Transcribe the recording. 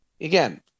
again